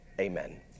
Amen